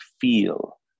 feel